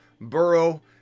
Burrow